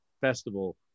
festival